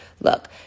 Look